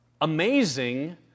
amazing